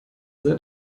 seid